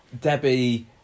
Debbie